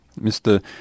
Mr